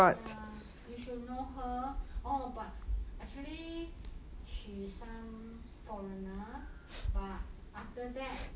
ya you should know her oh but actually she's some foreigner but after that